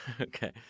Okay